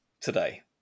today